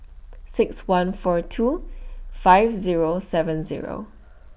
six one four two five Zero seven Zero